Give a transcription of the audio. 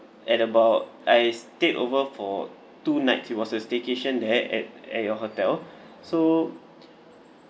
at about I stayed over for two nights it was a staycation there at at your hotel so